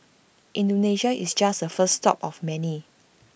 Indonesia is just the first stop of many